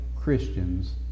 Christians